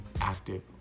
active